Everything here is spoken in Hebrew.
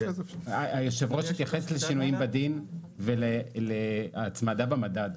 היושב ראש התייחס לשינויים בדין ולהצמדה במדד.